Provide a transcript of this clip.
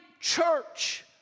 church